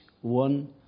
one